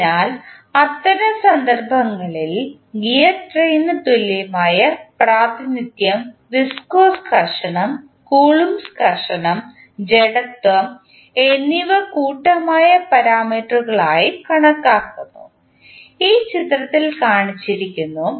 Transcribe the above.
അതിനാൽ അത്തരം സന്ദർഭങ്ങളിൽ ഗിയർ ട്രെയിനിന് തുല്യമായ പ്രാതിനിധ്യം വിസ്കോസ് ഘർഷണം കുളമ്ബ്സ് ഘർഷണം ജഡത്വം എന്നിവ കൂട്ടമായ പാരാമീറ്ററുകളായി കണക്കാക്കുന്നു ഇത് ചിത്രത്തിൽ കാണിച്ചിരിക്കുന്നു